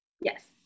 Yes